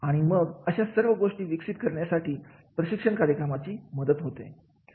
आणि मग अशा सर्व गोष्टी विकसित करण्यासाठी प्रशिक्षण कार्यक्रमांची मदत होत असते